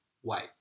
white